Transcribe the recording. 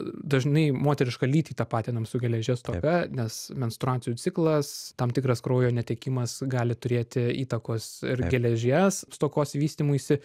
dažnai moterišką lytį tapatinam su geležies stoka nes menstruacijų ciklas tam tikras kraujo netekimas gali turėti įtakos ir geležies stokos vystymuisi